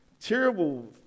Terrible